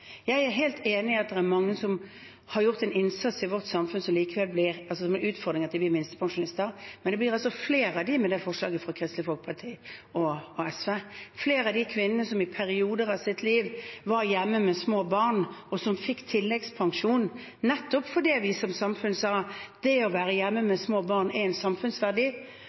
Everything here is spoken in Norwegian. Jeg er helt enig i at det er mange som har gjort en innsats i vårt samfunn, som har utfordringer ved at de blir minstepensjonister, men det blir flere av dem med forslaget fra Kristelig Folkeparti og SV. Flere av de kvinnene som i perioder av sitt liv var hjemme med små barn, og som fikk tilleggspensjon, nettopp fordi vi som samfunn sa at det å være hjemme med små barn har en samfunnsverdi,